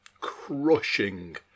crushing